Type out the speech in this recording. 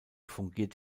fungiert